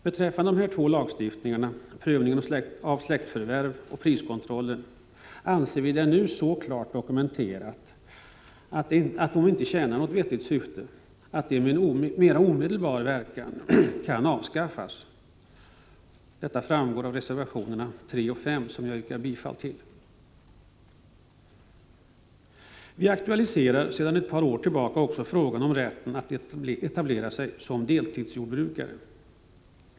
Beträffande de här två lagarna, prövningen av släktskapsförvärv och priskontrollen, anser vi det nu så klart dokumenterat att de inte tjänar något vettigt syfte, utan de kan med omedelbar verkan avskaffas. Detta framgår av reservationerna 3 och 5 som jag yrkar bifall till. Sedan ett par år tillbaka aktualiserar vi också frågan om rätten att etablera sig som deltidsjordbrukare.